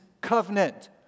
Covenant